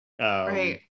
right